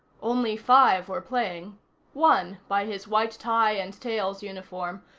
only five were playing one, by his white-tie-and tails uniform,